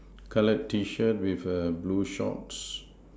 colour T shirt with a blue shorts